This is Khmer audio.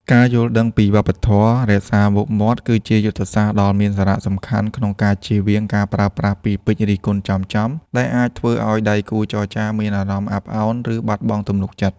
ការយល់ដឹងពីវប្បធម៌ "រក្សាមុខមាត់" គឺជាយុទ្ធសាស្ត្រដ៏មានសារៈសំខាន់ក្នុងការជៀសវាងការប្រើប្រាស់ពាក្យពេចន៍រិះគន់ចំៗ ដែលអាចធ្វើឱ្យដៃគូចរចាមានអារម្មណ៍អាប់ឱន ឬបាត់បង់ទំនុកចិត្ត។